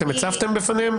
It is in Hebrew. הצבתם בפניהם?